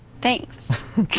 Thanks